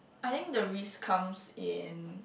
I think the risk comes in